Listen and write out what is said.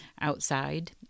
outside